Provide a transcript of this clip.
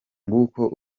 nguko